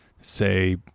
say